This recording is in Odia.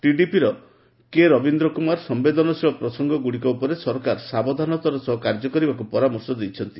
ଟିଡିପିର କେରବିନ୍ଦ୍ର କୁମାର ସମ୍ବେଦନଶୀଳ ପ୍ରସଙ୍ଗଗୁଡ଼ିକ ଉପରେ ସରକାର ସାବଧାନତାର ସହ କାର୍ଯ୍ୟ କରିବାକୁ ପରାମର୍ଶ ଦେଇଛନ୍ତି